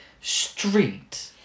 street